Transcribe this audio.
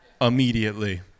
Immediately